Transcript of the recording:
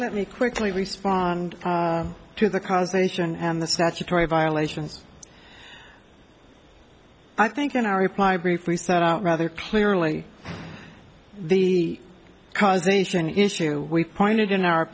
let me quickly respond to the cause ation and the statutory violations i think in our reply brief we set out rather clearly the causation issue we pointed in our